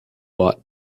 bought